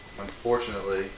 unfortunately